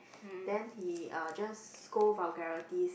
then he uh just scold vulgarities